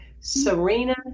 serena